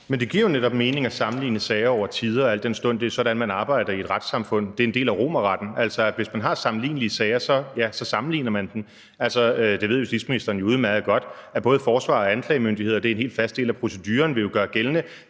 (DF): Men det giver jo netop mening at sammenligne sager over tid, al den stund det er sådan, man arbejder i et retssamfund. Det er en del af romerretten. Hvis man har sammenlignelige sager, ja, så sammenligner man dem. Det ved justitsministeren jo udmærket godt. Både forsvareren og anklagemyndigheden – og det er en helt fast del af proceduren – vil jo gøre gældende,